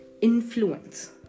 influence